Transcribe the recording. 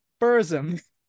Burzum